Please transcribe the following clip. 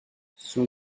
son